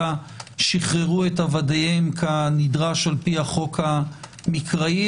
שחררו את עבדיהם כנדרש על פי החוק המקראי,